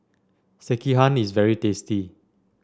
Sekihan is very tasty